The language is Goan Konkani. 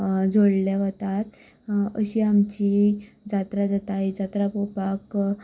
जोडले वतात अशी आमची जात्रा जाता ही जात्रा पळोवपाक